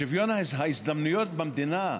שוויון ההזדמנויות במדינה,